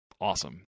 awesome